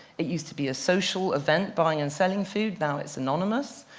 it used to be a social event, buying and selling food. now it's anonymous.